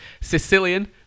Sicilian